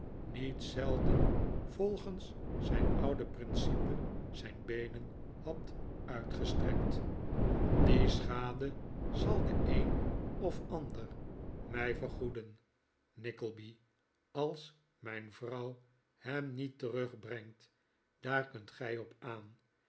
niet zelden volgens zijn oude principe zijn beenen had uitgestrekt die schade zal de een of ander mij vergoeden nickleby als mijn vrouw hem niet terugbrengt daar kunt gij op aan